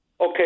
Okay